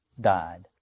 died